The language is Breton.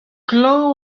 klañv